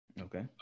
okay